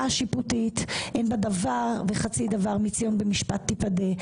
השיפוטית אין בה דבר וחצי דבר מציון במשפט תפדה.